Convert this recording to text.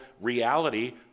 reality